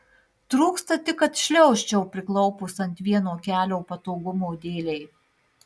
trūksta tik kad šliaužčiau priklaupus ant vieno kelio patogumo dėlei